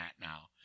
now